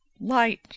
Light